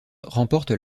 remporte